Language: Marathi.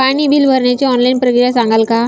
पाणी बिल भरण्याची ऑनलाईन प्रक्रिया सांगाल का?